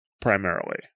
primarily